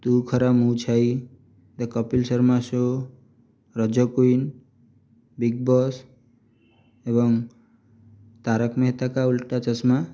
ତୁ Khara Mu Chhai the Kapil Sharma show ରଜ queen Bigg Boss ଏବଂ ତାରକ ମେହେତା କା ଉଲ୍ଟା ଚଶ୍ମା